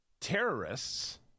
terrorists